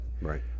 right